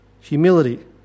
humility